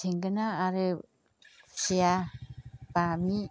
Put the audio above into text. थेंगोना आरो खुसिया बामि